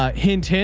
ah hint, hint,